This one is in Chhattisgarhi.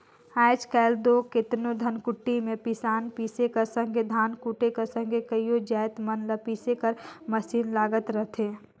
आएज काएल दो केतनो धनकुट्टी में पिसान पीसे कर संघे धान कूटे कर संघे कइयो जाएत मन ल पीसे कर मसीन लगल रहथे